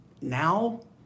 now